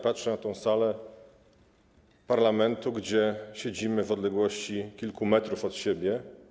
Patrzę na tę salę parlamentu, gdzie siedzimy w odległości kilku metrów od siebie.